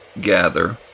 gather